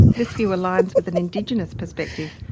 this view aligns with an indigenous perspective,